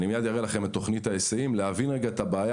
ותכף אראה לכם את תוכנית ההיסעים את הבעיה